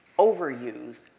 overused,